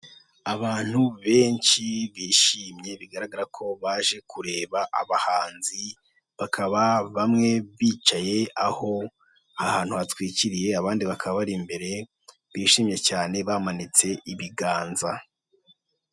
Abantu benshi bishimye bigaragara ko baje kureba abahanzi, bamwe bicaye aho hantu hatwikiriye abandi bakaba bari imbere bishimye cyane bamanitse ibiganza.